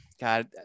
God